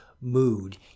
mood